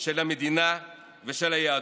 של המדינה ושל היהדות.